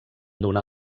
donar